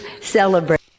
celebrate